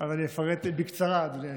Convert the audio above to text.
אז אני אפרט בקצרה, אדוני היושב-ראש.